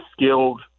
skilled